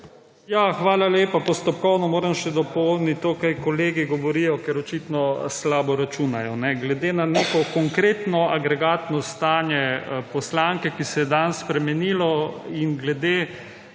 Hvala lepa. Postopkovno moram še dopolniti to, kar kolegi govorijo, ker očitno slabo računajo. Glede na neko konkretno agregatno stanje poslanke, ki se je danes spremenilo, in glede